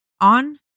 on